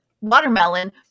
watermelon